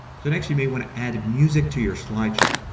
so next you might want to add music to your slideshow.